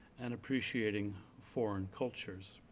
and appreciating foreign cultures.